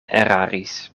eraris